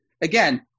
again